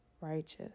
righteous